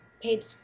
paid